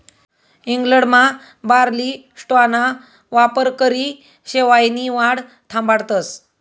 इंग्लंडमा बार्ली स्ट्राॅना वापरकरी शेवायनी वाढ थांबाडतस